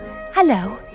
Hello